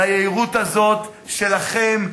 ליהירות הזאת שלכם,